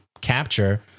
capture